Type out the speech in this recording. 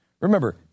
Remember